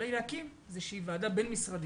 אולי להקים איזושהי ועדה בין-משרדית,